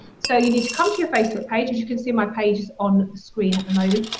so you need to come to your facebook page, as you can see my page is on the screen at the moment,